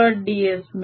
ds मिळेल